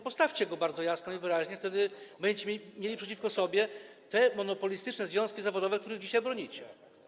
Postawcie go bardzo jasno i wyraźnie - wtedy będziecie mieli przeciwko sobie te monopolistyczne związki zawodowe, których dzisiaj bronicie.